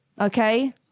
Okay